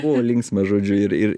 buvo linksma žodžiu ir ir